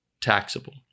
taxable